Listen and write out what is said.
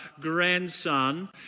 grandson